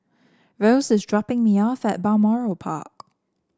Rose is dropping me off at Balmoral Park